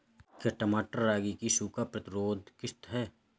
क्या मटर रागी की सूखा प्रतिरोध किश्त है?